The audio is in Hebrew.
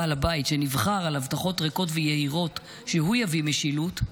בעל הבית שנבחר על הבטחות ריקות ויהירות שהוא יביא משילות,